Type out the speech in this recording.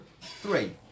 Three